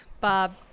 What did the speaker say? Bob